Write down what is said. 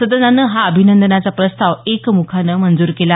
सदनानं हा अभिनंदनाचा प्रस्ताव एकमुखानं मंजूर केला